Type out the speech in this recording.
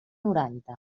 noranta